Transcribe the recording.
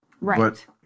Right